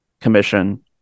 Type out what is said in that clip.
commission